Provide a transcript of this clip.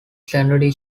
secondary